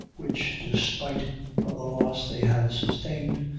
which, despite of the loss they had sustained,